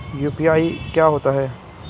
UPI क्या होता है?